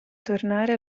tornare